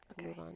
okay